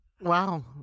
Wow